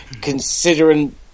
considering